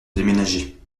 déménager